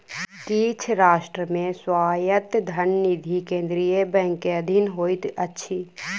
किछ राष्ट्र मे स्वायत्त धन निधि केंद्रीय बैंक के अधीन होइत अछि